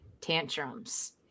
tantrums